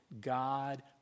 God